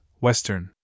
Western